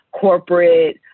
corporate